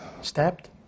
Stabbed